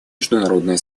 международное